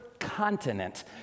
continent